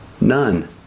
None